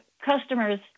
customers